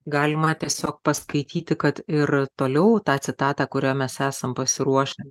galima tiesiog paskaityti kad ir toliau tą citatą kurią mes esam pasiruošę